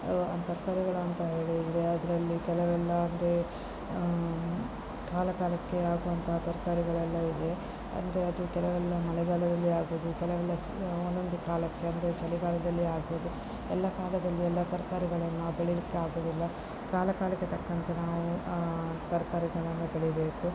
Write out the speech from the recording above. ತರಕಾರಿಗಳಂತ ಹೇಳಿದರೆ ಅದರಲ್ಲಿ ಕೆಲವೆಲ್ಲ ಅಂದರೆ ಕಾಲ ಕಾಲಕ್ಕೆ ಆಗುವಂತಹ ತರಕಾರಿಗಳೆಲ್ಲ ಇದೆ ಅಂದರೆ ಅದು ಕೆಲವೆಲ್ಲ ಮಳೆಗಾಲದಲ್ಲಿ ಆಗುವುದು ಕೆಲವೆಲ್ಲ ಒಂದೊಂದು ಕಾಲಕ್ಕೆ ಅಂದರೆ ಚಳಿಗಾಲದಲ್ಲಿ ಆಗುವುದು ಎಲ್ಲ ಕಾಲದಲ್ಲಿ ಎಲ್ಲ ತರಕಾರಿಗಳನ್ನು ಬೆಳಿಲಿಕ್ಕೆ ಆಗುವುದಿಲ್ಲ ಕಾಲ ಕಾಲಕ್ಕೆ ತಕ್ಕಂತೆ ನಾವು ತರಕಾರಿಗಳನ್ನು ಬೆಳೀಬೇಕು